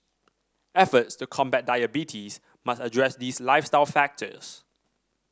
efforts to combat diabetes must address these lifestyle factors